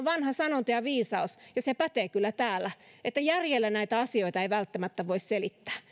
vanha sanonta ja viisaus ja se pätee kyllä täällä että järjellä näitä asioita ei välttämättä voi selittää